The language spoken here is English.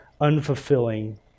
unfulfilling